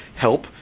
help